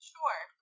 Sure